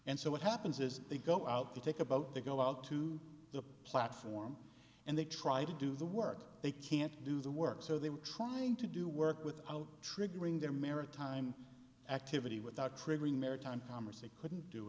and so what happens is they go out to take a boat they go out to the platform and they try to do the work they can't do the work so they were trying to do work without triggering their maritime activity without